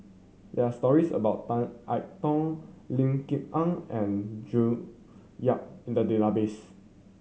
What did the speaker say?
there are stories about Tan I Tong Lim Kok Ann and June Yap in the database